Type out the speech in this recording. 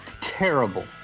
terrible